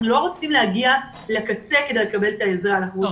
הם אמרו שהם לא רוצים להגיע לקצה כדי לקבל את העזרה אלא הם